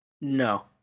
No